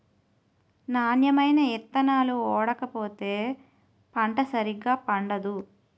నాణ్యమైన ఇత్తనాలు ఓడకపోతే పంట సరిగా పండదు